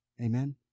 Amen